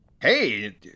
Hey